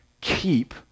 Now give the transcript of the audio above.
keep